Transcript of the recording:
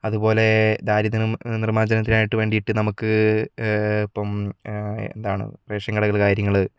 അതുപോലെ ദാരിദ്ര്യ നിർമ്മാർജ്ജനത്തിന് ആയിട്ട് വേണ്ടിട്ട് നമുക്ക് ഇപ്പം എന്താണ് റേഷൻ കടകള് കാര്യങ്ങള്